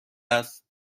است